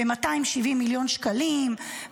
ב-270 מיליון שקלים,